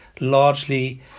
largely